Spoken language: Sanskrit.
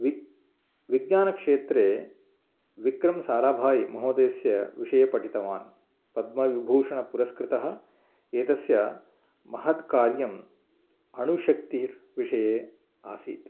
वि विज्ञानक्षेत्रे विक्रमसाराभाय् महोदयस्य विषये पठितवान् पद्मविभूषणपुरस्कृतः एतस्य महत् कार्यम् अनुशक्तिर्विषये आसीत्